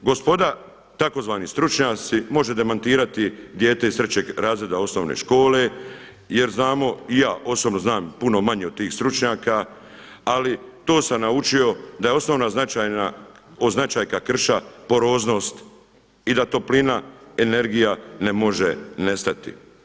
Gospoda tzv. stručnjaci može demantirati dijete iz 3. razreda osnovne škole jer znamo i ja osobno znam puno manje od tih stručnjaka, ali to sam naučio da je osnovna značajka krša poroznost i da toplina, energija ne može nestati.